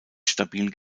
stabil